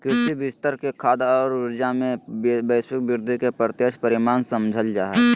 कृषि विस्तार के खाद्य और ऊर्जा, में वैश्विक वृद्धि के प्रत्यक्ष परिणाम समझाल जा हइ